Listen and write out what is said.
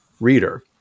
reader